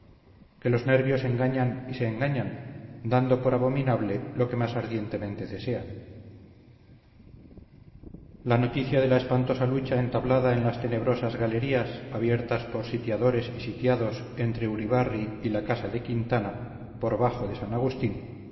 que los nervios engañan y se engañan dando por abominable lo que más ardientemente desean la noticia de la espantosa lucha entablada en las tenebrosas galerías abiertas por sitiadores y sitiados entre uribarri y la casa de quintana por bajo de san agustín